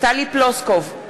טלי פלוסקוב,